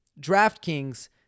DraftKings